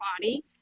body